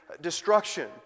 destruction